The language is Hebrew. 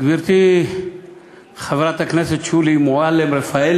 גברתי חברת הכנסת שולי מועלם-רפאלי,